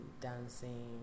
dancing